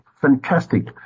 fantastic